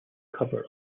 cover